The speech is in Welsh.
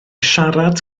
siarad